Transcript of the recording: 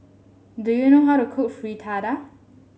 do you know how to cook Fritada